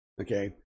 Okay